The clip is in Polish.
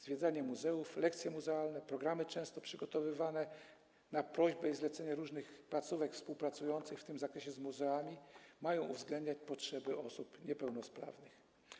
Zwiedzanie muzeów, lekcje muzealne, programy często przygotowywane na prośbę i zlecenie różnych placówek współpracujących w tym zakresie z muzeami mają uwzględniać potrzeby osób niepełnosprawnych.